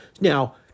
Now